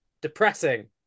Depressing